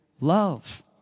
love